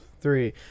three